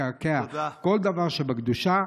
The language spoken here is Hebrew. לקעקע כל דבר שבקדושה.